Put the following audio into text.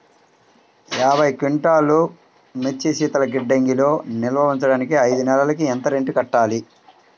యాభై క్వింటాల్లు మిర్చి శీతల గిడ్డంగిలో నిల్వ ఉంచటానికి ఐదు నెలలకి ఎంత రెంట్ కట్టాలి?